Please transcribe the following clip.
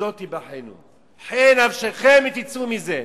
בזאת תיבחנו, חי נפשכם אם תצאו מזה,